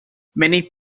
many